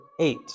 eight